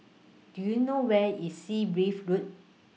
Do YOU know Where IS Sea Breeze Road